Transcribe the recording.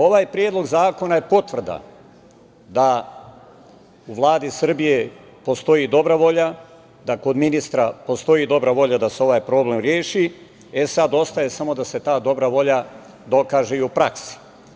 Ovaj predlog zakona je potvrda da u Vladi Srbije, postoji dobra volja, da kod ministra postoji dobra volja da se ovaj problem reši, sada ostaje samo da se ta dobra volja dokaže i u praksi.